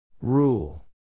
Rule